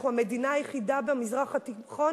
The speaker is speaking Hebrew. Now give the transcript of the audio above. אנחנו המדינה היחידה במזרח התיכון